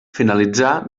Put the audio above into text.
finalitzà